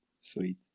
sweet